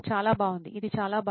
చాలా బాగుంది ఇది చాలా బాగుంది